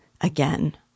again